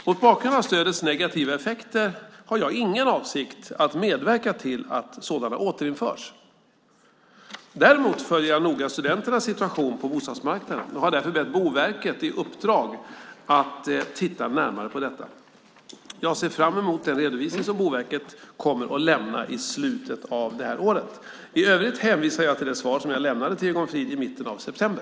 Mot bakgrund av stödens negativa effekter har jag ingen avsikt att medverka till att sådana återinförs. Däremot följer jag noga studenternas situation på bostadsmarknaden och har därför gett Boverket i uppdrag att titta närmare på detta. Jag ser fram emot den redovisning som Boverket kommer att lämna i slutet av det här året. I övrigt hänvisar jag till det svar jag lämnade till Egon Frid i mitten av september.